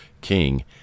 king